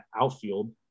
outfield